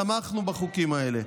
תמכנו בחוקים האלה,